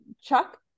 Chuck